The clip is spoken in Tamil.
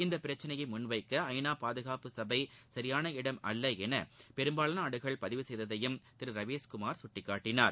இப்பிரச்சினையை முன்வைக்க ஐநா பாதுகாப்பு சபை சரியான இடம் அல்ல என பெரும்பாலான நாடுகள் பதிவு செய்ததையும் திரு ரவீஸ்குமார் சுட்டிக்காட்டினார்